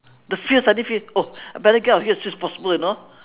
the fear suddenly feel oh better get out of here as soon as possible you know